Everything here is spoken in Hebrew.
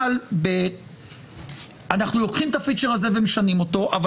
אבל אנחנו לוקחים את הפיצ'ר הזה ומשנים אותו אבל